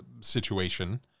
situation